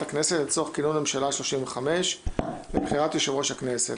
הכנסת לצורך כינון הממשלה ה-35 ובחירת יושב-ראש הכנסת,